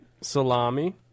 salami